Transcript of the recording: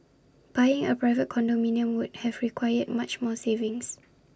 buying A private condominium would have required much more savings